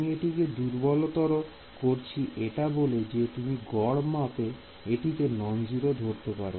আমি এটিকে দুর্বল তর করছি এটা বলে যে তুমি গর মাপে এটিকে নন 0 ধরতে পারো